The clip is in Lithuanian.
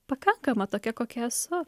pakankama tokia kokia esu